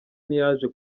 ntiyaje